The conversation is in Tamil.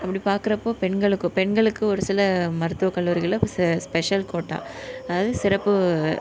அப்படி பாக்கிறப்போ பெண்களுக்கு பெண்களுக்கு ஒரு சில மருத்துவ கல்லூரிகளும் ஸ்பெஷல் ஸ்பெஷல் கோட்டா அது சிறப்பு